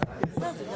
תודה רבה.